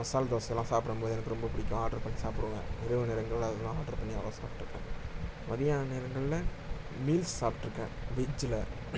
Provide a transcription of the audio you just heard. மசாலா தோசைலாம் சாப்பிடும்போது எனக்கு ரொம்ப பிடிக்கும் ஆட்ரு பண்ணி சாப்பிடுவேன் இரவு நேரங்களில் அதலாம் ஆட்ரு பண்ணி வர சாப்பிட்டுருக்கேன் மத்தியான நேரங்களில் மீல்ஸ் சாப்பிட்ருக்கேன் வெஜ்ஜில்